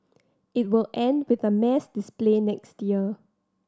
it will end with a mass display next year